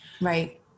Right